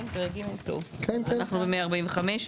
כן, טוב, אנחנו ב-145.